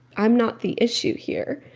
i'm not the issue here.